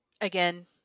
again